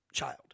child